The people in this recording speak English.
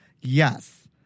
Yes